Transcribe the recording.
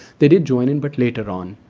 they did join in, but later on.